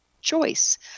choice